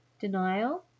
Denial